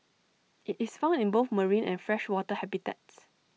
IT is found in both marine and freshwater habitats